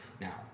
now